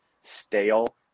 stale